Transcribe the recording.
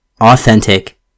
authentic